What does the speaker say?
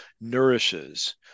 nourishes